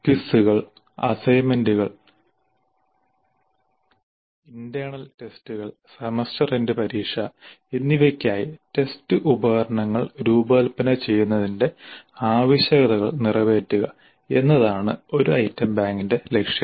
ക്വിസുകൾ അസൈൻമെന്റുകൾ ഐറ്റ്റേണൽ ടെസ്റ്റുകൾ സെമസ്റ്റർ എൻഡ് പരീക്ഷ എന്നിവയ്ക്കായി ടെസ്റ്റ് ഉപകരണങ്ങൾ രൂപകൽപ്പന ചെയ്യുന്നതിന്റെ ആവശ്യകതകൾ നിറവേറ്റുക എന്നതാണ് ഒരു ഐറ്റം ബാങ്കിന്റെ ലക്ഷ്യം